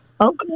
Okay